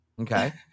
Okay